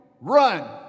Run